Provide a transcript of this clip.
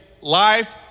life